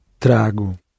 Trago